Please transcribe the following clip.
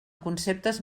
conceptes